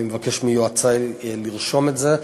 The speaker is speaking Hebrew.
אני מבקש מיועצי לרשום את זה.